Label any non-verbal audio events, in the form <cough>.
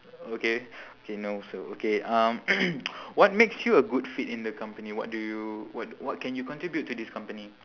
okay okay no so okay um <coughs> what makes you a good fit in the company what do you what what can you contribute to this company